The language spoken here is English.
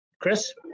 Chris